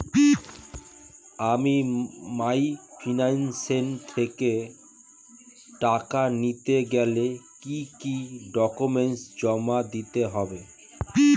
আমি মাইক্রোফিন্যান্স থেকে টাকা নিতে গেলে কি কি ডকুমেন্টস জমা দিতে হবে?